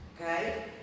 okay